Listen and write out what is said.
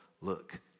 look